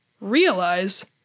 realize